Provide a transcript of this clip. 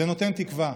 זה נותן תקווה.